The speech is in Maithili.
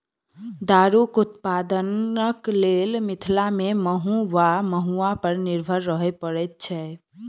दारूक उत्पादनक लेल मिथिला मे महु वा महुआ पर निर्भर रहय पड़ैत छै